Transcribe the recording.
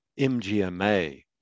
MGMA